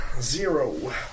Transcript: Zero